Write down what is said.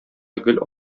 гел